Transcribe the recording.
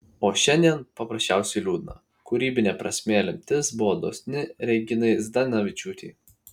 o šiandien paprasčiausiai liūdna kūrybine prasme lemtis buvo dosni reginai zdanavičiūtei